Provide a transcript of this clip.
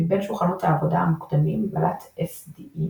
מבין שולחנות העבודה המוקדמים בלט, CDE